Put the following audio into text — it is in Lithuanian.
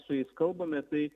su jais kalbame tai